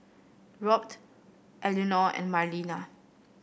Robt Eleanor and Marlena